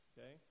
Okay